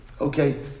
Okay